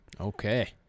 Okay